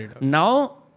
now